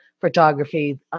Photography